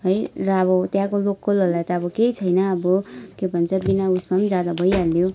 है र अब त्यहाँको लोकलहरूलाई त अब केही छैन अब के भन्छ बिना उसमा जाँदा पनि भइहाल्यो